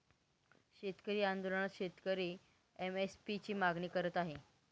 शेतकरी आंदोलनात शेतकरी एम.एस.पी ची मागणी करत आहे